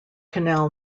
canal